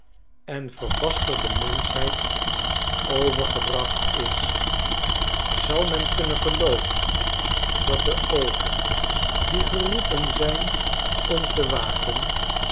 en verbasterde menschheid overgebracht is zal men kunnen gelooven dat de oogen die geroepen zijn om te waken